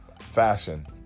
fashion